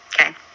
Okay